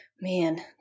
man